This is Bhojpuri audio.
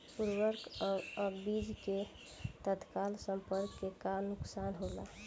उर्वरक अ बीज के तत्काल संपर्क से का नुकसान होला?